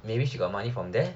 maybe she got money from there